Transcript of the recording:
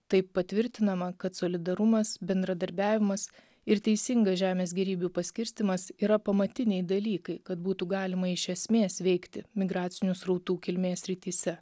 taip patvirtinama kad solidarumas bendradarbiavimas ir teisingas žemės gėrybių paskirstymas yra pamatiniai dalykai kad būtų galima iš esmės veikti migracinių srautų kilmės srityse